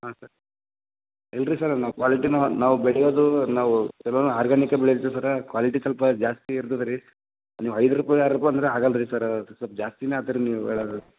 ಹಾಂ ಸರ್ ಇಲ್ಲರೀ ಸರ್ ನಾವು ಕ್ವಾಲಿಟಿನು ನಾವು ಬೆಳೆಯೋದೂ ನಾವು ಚಲೋ ಆರ್ಗಾನಿಕ್ಕಾ ಬೆಳೀತೀವಿ ಸರ ಕ್ವಾಲಿಟಿ ಸ್ವಲ್ಪ ಜಾಸ್ತಿ ಇರ್ತದೆ ರೀ ನೀವು ಐದು ರೂಪಾಯ್ಗೆ ಆರು ರೂಪಾಯ್ಗೆ ಅಂದ್ರೆ ಆಗೋಲ್ರೀ ಸರ್ ಸ್ವಲ್ಪ ಜಾಸ್ತಿನೇ ಆಗ್ತತ್ ರೀ ನೀವು ಹೇಳೋದು